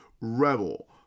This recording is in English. rebel